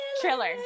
Triller